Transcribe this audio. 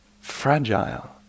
fragile